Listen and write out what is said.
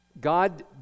God